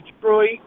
Detroit